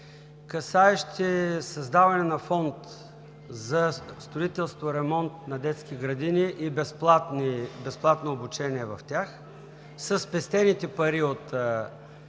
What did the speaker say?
касаещи създаване на Фонд за строителство и ремонт на детски градини и безплатно обучение в тях със спестените пари от